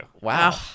Wow